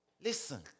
listen